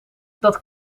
dat